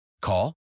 Call